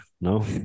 No